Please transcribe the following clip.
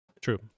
true